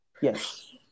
Yes